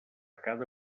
cada